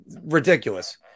ridiculous